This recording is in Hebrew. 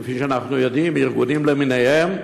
כפי שאנחנו יודעים, ארגונים למיניהם.